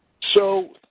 so,